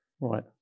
Right